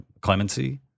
clemency